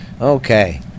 Okay